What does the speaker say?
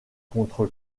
contre